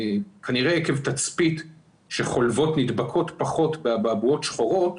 כנראה עקב תצפית שחולבות נדבקות פחות באבעבועות שחורות,